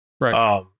Right